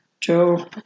Joe